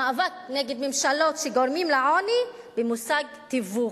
המאבק נגד ממשלות שגורמות לעוני, במושג התיווך.